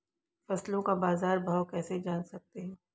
फसलों का बाज़ार भाव कैसे जान सकते हैं?